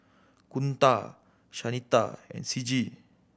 Kunta Shanita and Ciji